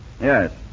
Yes